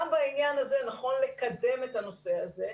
גם בעניין הזה נכון לקדם את הנושא הזה,